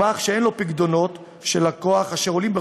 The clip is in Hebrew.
גמ"ח שאין לו פיקדונות של לקוח אשר עולים,